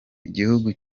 igihugu